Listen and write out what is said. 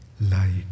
light